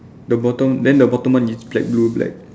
the bottom then the bottom one is black blue black